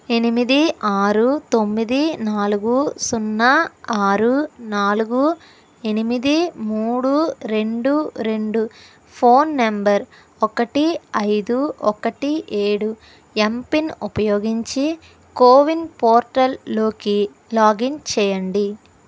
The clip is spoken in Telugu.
ఎనిమిది ఆరు తొమ్మిది నాలుగు సున్నా ఆరు నాలుగు ఎనిమిది మూడు రెండు రెండు ఫోన్ నంబర్ ఒకటి ఐదు ఒకటి ఏడు ఎంపిన్ ఉపయోగించి కోవిన్ పోర్టల్లోకి లాగిన్ చెయ్యండి